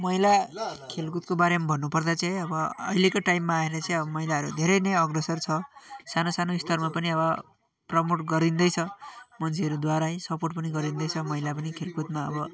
महिला खेलकुदको बारेमा भन्नुपर्दा चाहिँ है अब अहिलेको टाइममा आएर चाहिँ अब महिलाहरू धेरै नै अग्रसर छ सानो सानो स्तरमा पनि अब प्रमोट गरिँदैछ मान्छेहरूद्वारै सपोर्ट पनि गरिँदैछ महिला पनि खेलकुदमा अब